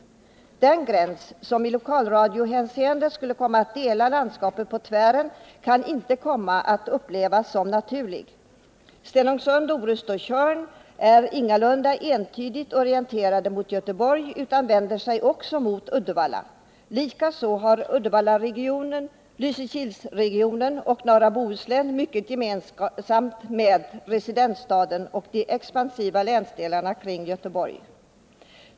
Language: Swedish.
Den gräns som i lokalradiohänseende skulle komma att dela landskapet på tvären kan inte komma att upplevas som naturlig. Stenungsund, Orust och Tjörn är ingalunda entydigt orienterade mot Göteborg utan vänder sig också mot Uddevalla. Likaså har Uddevalla Lysekils-regionen och norra Bohuslän mycket gemensamt med residensstaden och de expansiva länsdelarna kring Göteborg.